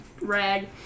rag